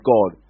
God